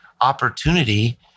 opportunity